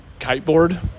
kiteboard